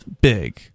big